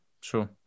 Sure